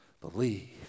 believe